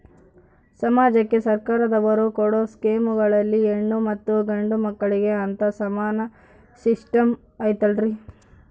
ಸಮಾಜಕ್ಕೆ ಸರ್ಕಾರದವರು ಕೊಡೊ ಸ್ಕೇಮುಗಳಲ್ಲಿ ಹೆಣ್ಣು ಮತ್ತಾ ಗಂಡು ಮಕ್ಕಳಿಗೆ ಅಂತಾ ಸಮಾನ ಸಿಸ್ಟಮ್ ಐತಲ್ರಿ?